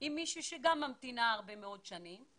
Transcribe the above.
עם מישהי שאף היא ממתינה הרבה מאוד שנים,